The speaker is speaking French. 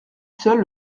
seul